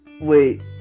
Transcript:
Wait